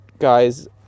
guys